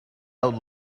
old